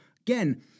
again